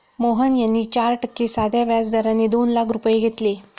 मोहन यांनी चार टक्के साध्या व्याज दराने दोन लाख रुपये घेतले